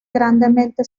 grandemente